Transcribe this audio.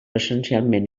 essencialment